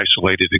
isolated